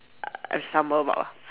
uh I stumble